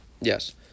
Yes